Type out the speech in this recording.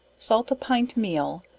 salt a pint meal,